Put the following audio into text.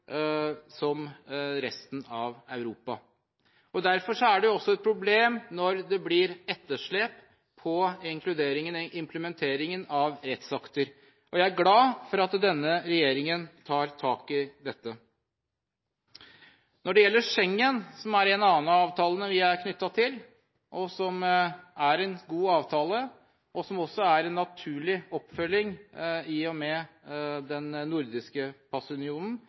som resten av Europa. Derfor er det også et problem når det blir etterslep på implementeringen av rettsakter. Jeg er glad for at denne regjeringen tar tak i dette. Når det gjelder Schengen, som er en annen av avtalene vi er knyttet til, som er en god avtale – og som også er en naturlig oppfølging i og med Sveriges og Finlands inntreden i den nordiske passunionen